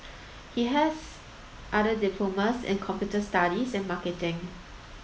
he has other diplomas in computer studies and marketing